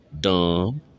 dumb